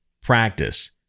practice